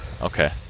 okay